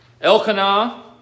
Elkanah